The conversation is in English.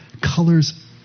colors